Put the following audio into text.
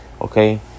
Okay